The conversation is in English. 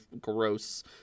gross